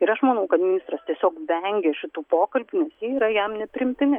ir aš manau kad ministras tiesiog vengia šitų pokalbių nes jie yra jam nepriimtini